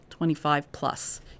25-plus